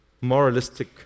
moralistic